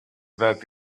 that